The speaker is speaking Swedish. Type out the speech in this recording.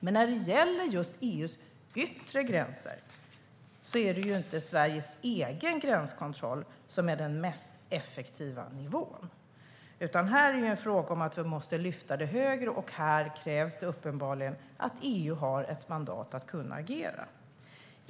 Men när det gäller just EU:s yttre gränser är det ju inte Sveriges egen gränskontroll som är den mest effektiva nivån, utan här måste vi lyfta den högre. Då krävs det uppenbarligen att EU har ett mandat att agera.